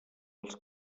els